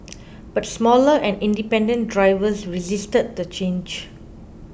but smaller and independent drivers resisted the change